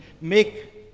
make